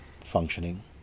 functioning